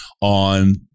on